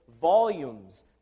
Volumes